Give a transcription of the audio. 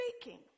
speaking